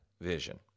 vision